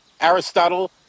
Aristotle